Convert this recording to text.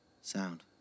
Sound